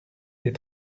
des